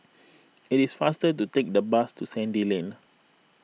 it is faster to take the bus to Sandy Lane